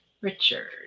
Richard